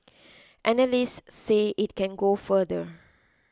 analysts say it can go further